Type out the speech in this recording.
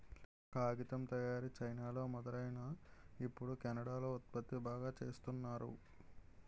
కాగితం తయారీ చైనాలో మొదలైనా ఇప్పుడు కెనడా లో ఉత్పత్తి బాగా చేస్తున్నారు